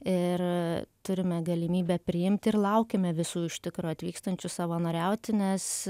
ir turime galimybę priimt ir laukiame visų iš tikro atvykstančių savanoriauti nes